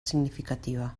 significativa